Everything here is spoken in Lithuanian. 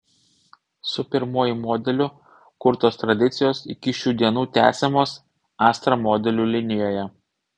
su pirmuoju modeliu kurtos tradicijos iki šių dienų tęsiamos astra modelių linijoje